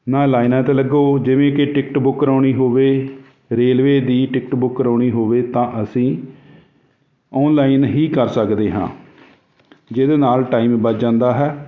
ਨਾ ਲਾਈਨਾਂ 'ਤੇ ਲੱਗੋ ਜਿਵੇਂ ਕਿ ਟਿਕਟ ਬੁੱਕ ਕਰਵਾਉਣੀ ਹੋਵੇ ਰੇਲਵੇ ਦੀ ਟਿਕਟ ਬੁੱਕ ਕਰਵਾਉਣੀ ਹੋਵੇ ਤਾਂ ਅਸੀਂ ਆਨਲਾਈਨ ਹੀ ਕਰ ਸਕਦੇ ਹਾਂ ਜਿਹਦੇ ਨਾਲ ਟਾਈਮ ਬੱਚ ਜਾਂਦਾ ਹੈ